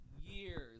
years